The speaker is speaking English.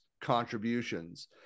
contributions